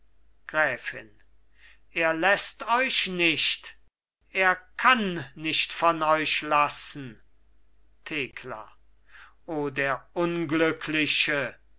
gräfin er läßt euch nicht er kann nicht von euch lassen thekla o der unglückliche